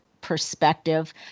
perspective